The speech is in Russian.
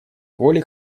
воли